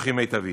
חינוכי מיטבי.